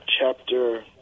chapter